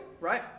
right